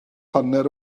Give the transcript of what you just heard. hanner